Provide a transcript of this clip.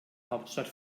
hauptstadt